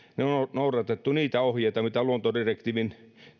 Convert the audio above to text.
noudatettu niitä ohjeita mitä luontodirektiivin